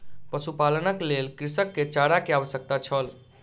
पशुपालनक लेल कृषक के चारा के आवश्यकता छल